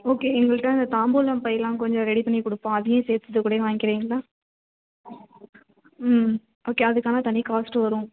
okay எங்கள்கிட்ட தாம்பூலம் பை எல்லாம் கொஞ்சம் ரெடி பண்ணி கொடுப்போம் அதையும் சேர்த்து இதுகூடே வாங்கிக்கிறிங்களா ம் ஓகே அதுக்கு ஆனால் தனி காஸ்ட்டு வரும்